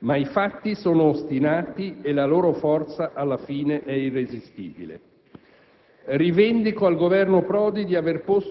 Ma i fatti sono ostinati e la loro forza alla fine è irresistibile.